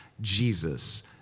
Jesus